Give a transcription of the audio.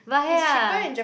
but yeah